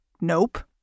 nope